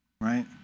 Right